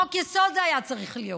חוק-יסוד זה היה צריך להיות.